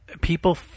people